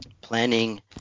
Planning